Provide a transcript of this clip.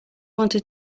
wanted